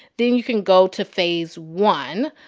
then you can go to phase one.